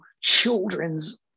children's